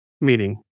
meaning